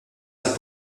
għall